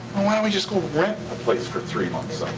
why don't we just go rent a place for three months